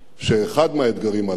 שאחד מהאתגרים הללו